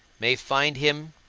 may find him,